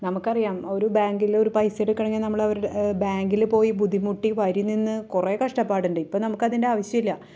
നമുക്ക് അറിയാം ഒരു ബാങ്കില് ഒരു പൈസ എടുക്കണമെങ്കില് നമ്മള് ബാങ്കില് പോയി ബുദ്ധിമുട്ടി വരി നിന്ന് കുറേ കഷ്ടപ്പാടുണ്ട് ഇപ്പോള് നമുക്ക് അതിൻ്റെ ആവശ്യമില്ല